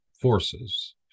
forces